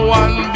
one